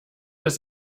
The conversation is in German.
des